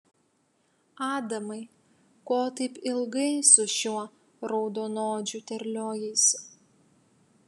adamai ko taip ilgai su šiuo raudonodžiu terliojaisi